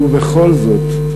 ובכל זאת,